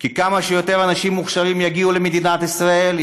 כי ככל שיותר אנשים מוכשרים יגיעו למדינת ישראל,